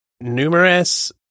numerous